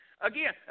Again